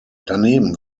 daneben